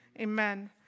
Amen